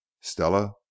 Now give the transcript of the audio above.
Stella